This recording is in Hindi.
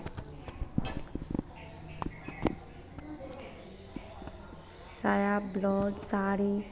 साया ब्लौज साड़ी